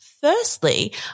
Firstly